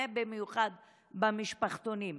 ובמיוחד במשפחתונים.